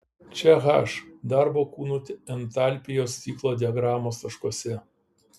čia h darbo kūnų entalpijos ciklo diagramos taškuose